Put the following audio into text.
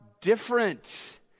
different